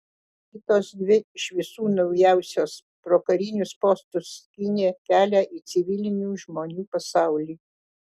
kitos dvi iš visų naujausios pro karinius postus skynė kelią į civilių žmonių pasaulį